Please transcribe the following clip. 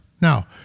Now